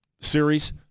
series